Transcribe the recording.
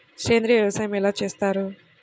సేంద్రీయ వ్యవసాయం ఎలా చేస్తారు?